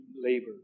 labor